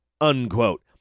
unquote